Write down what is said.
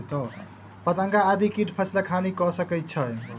पतंगा आदि कीट फसिलक हानि कय सकै छै